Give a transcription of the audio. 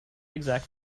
exact